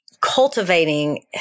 cultivating